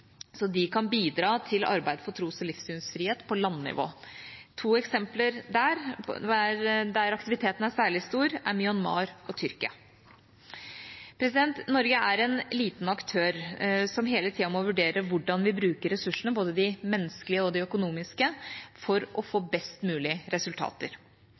så de kan bidra til arbeid for tros- og livssynsfrihet på landnivå. To eksempler der aktiviteten er særlig stor, er Myanmar og Tyrkia. Norge er en liten aktør som hele tida må vurdere hvordan vi bruker ressursene, både de menneskelige og de økonomiske, for å få best mulig resultater.